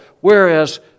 Whereas